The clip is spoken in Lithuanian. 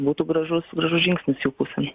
būtų gražus gražus žingsnis jų pusėn